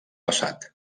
passat